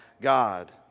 God